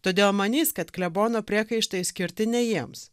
todėl manys kad klebono priekaištai skirti ne jiems